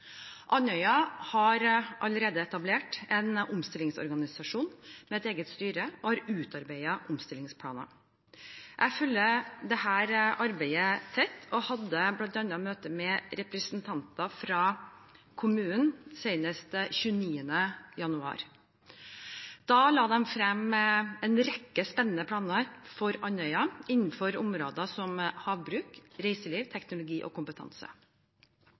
Andøya har allerede etablert en omstillingsorganisasjon med et eget styre og har utarbeidet omstillingsplaner. Jeg følger dette arbeidet tett og hadde bl.a. møte med representanter fra kommunen senest 29. januar. Da la de frem en rekke spennende planer for Andøya innenfor områder som havbruk, reiseliv, teknologi og kompetanse.